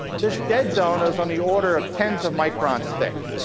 this dead zone is on the order of tens of microns thick,